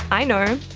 i know,